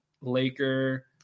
Laker